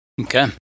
Okay